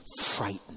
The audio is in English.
frightened